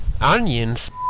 Onions